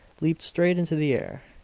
leaped straight into the air,